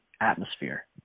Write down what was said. atmosphere